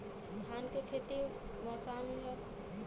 धान के खेती बरसात के मौसम या जुलाई महीना में बढ़ियां होला?